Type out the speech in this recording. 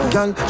Girl